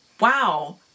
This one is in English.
wow